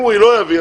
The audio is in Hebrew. אם הוא לא יביא,